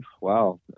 Wow